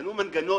בנו מנגנון